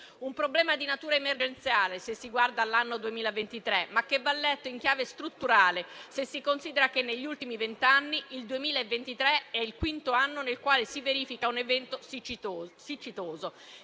Un problema di natura emergenziale se si guarda all'anno 2023, ma che va letto in chiave strutturale se si considera che negli ultimi vent'anni il 2023 è il quinto anno nel quale si verifica un evento siccitoso